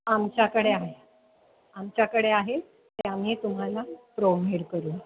आमच्याकडे आहे आमच्याकडे आहे ते आम्ही तुम्हाला प्रोव्हायड करू